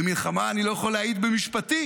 במלחמה אני לא יכול להעיד במשפטי.